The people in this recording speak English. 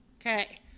Okay